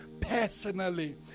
personally